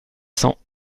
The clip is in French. cents